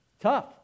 Tough